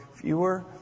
fewer